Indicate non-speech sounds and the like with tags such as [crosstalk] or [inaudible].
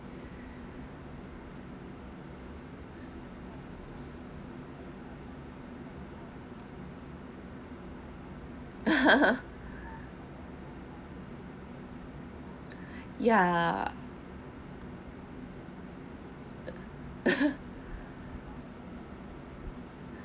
[laughs] ya [laughs]